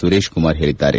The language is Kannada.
ಸುರೇಶ್ಕುಮಾರ್ ಹೇಳಿದ್ದಾರೆ